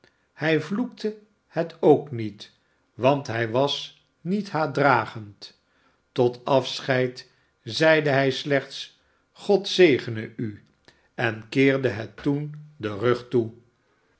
hij vloekte het k niet want hij wasmet haatdragend tot afscheid zeide hij slechts god zegene u en keerde het toen den rug toe